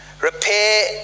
repair